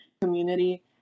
community